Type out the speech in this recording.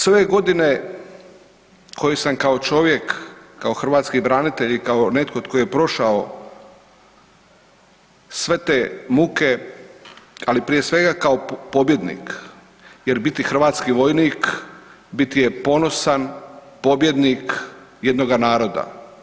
Sve godine koje sam kao čovjek, kao hrvatski branitelj i kao netko tko je prošao sve te muke, ali prije svega kao pobjednik jer biti hrvatski vojnik biti je ponosan pobjednik jednoga naroda.